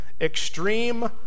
extreme